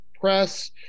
press